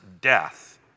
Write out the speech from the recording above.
death